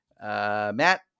Matt